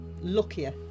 luckier